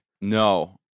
No